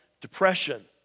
depression